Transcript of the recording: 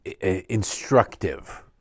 instructive